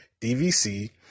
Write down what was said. DVC